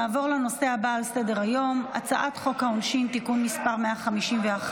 נעבור לנושא הבא על סדר-היום הצעת חוק העונשין (תיקון מס' 151)